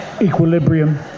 equilibrium